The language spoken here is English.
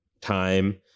time